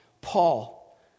Paul